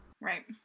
Right